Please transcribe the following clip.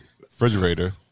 refrigerator